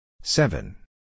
Seven